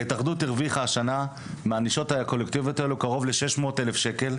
ההתאחדות הרוויחה השנה מהענישות הקולקטיביות האלה קרוב ל-600,000 שקל.